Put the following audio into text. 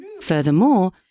Furthermore